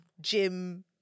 gym